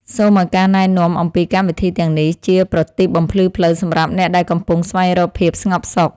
សូមឱ្យការណែនាំអំពីកម្មវិធីទាំងនេះជាប្រទីបបំភ្លឺផ្លូវសម្រាប់អ្នកដែលកំពុងស្វែងរកភាពស្ងប់សុខ។